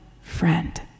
friend